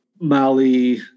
Mali